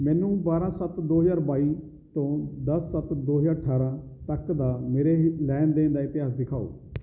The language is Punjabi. ਮੈਨੂੰ ਬਾਰ੍ਹਾਂ ਸੱਤ ਦੋ ਹਜ਼ਾਰ ਬਾਈ ਤੋਂ ਦਸ ਸੱਤ ਦੋ ਹਜ਼ਾਰ ਅਠਾਰ੍ਹਾਂ ਤੱਕ ਦਾ ਮੇਰੇ ਲੈਣ ਦੇਣ ਦਾ ਇਤਿਹਾਸ ਦਿਖਾਓ